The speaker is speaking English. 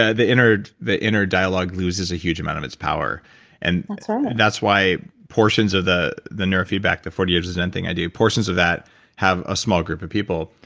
ah the inner the inner dialogue loses a huge amount of its power and that's right that's why portions of the the neurofeedback, the forty years of zen thing i do, portions of that have a small group of people.